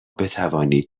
بتوانید